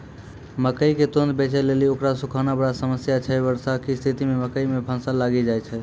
मकई के तुरन्त बेचे लेली उकरा सुखाना बड़ा समस्या छैय वर्षा के स्तिथि मे मकई मे फंगस लागि जाय छैय?